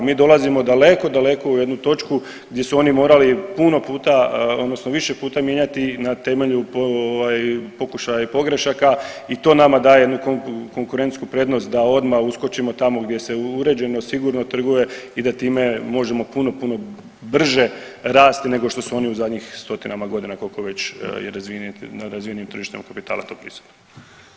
Mi dolazimo daleko, daleko u jednu točku di su oni morali puno puta odnosno više puta mijenjati na temelju pokušaja i pogrešaka i to nama daje jednu konkurentsku prednost da odma uskočimo tamo gdje se uređeno, sigurno trguje i da time možemo puno, puno brže rasti nego što su oni u zadnjih stotinama godina, koliko već je na razvijenim tržištima kapitala to prisutno.